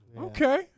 Okay